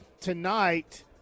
tonight